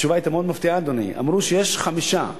התשובה היתה מאוד מפתיעה: אמרו שיש חמישה מקרים.